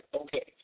okay